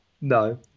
No